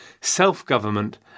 self-government